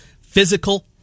Physical